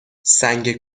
سنگ